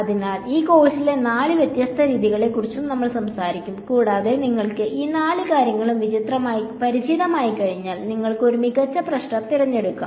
അതിനാൽ ഈ കോഴ്സിലെ നാല് വ്യത്യസ്ത രീതികളെക്കുറിച്ചും നമ്മൾ സംസാരിക്കും കൂടാതെ നിങ്ങൾക്ക് ഈ നാല് കാര്യങ്ങളും പരിചിതമായിക്കഴിഞ്ഞാൽ നിങ്ങൾക്ക് ഒരു മികച്ച പ്രശ്നം തിരഞ്ഞെടുക്കാം